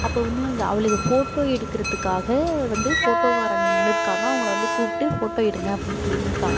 அப்போ வந்து அந்த அவளுங்க ஃபோட்டோ எடுக்கிறத்துக்காக வந்து ஃபோட்டோக்கார அண்ணன் நின்றுருக்காங்க அவங்களை வந்து கூப்பிட்டு ஃபோட்டோ எடுங்க அப்புடினு சொல்லியிருந்துருக்காங்க